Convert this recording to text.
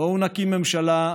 בואו נקים ממשלה,